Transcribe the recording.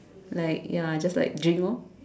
like ya just like drink orh